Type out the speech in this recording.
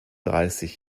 dreißig